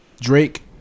Drake